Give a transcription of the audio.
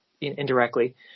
indirectly